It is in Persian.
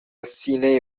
سینه